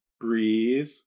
breathe